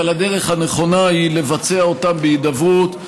אבל הדרך הנכונה היא לבצע אותם בהידברות,